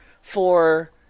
for-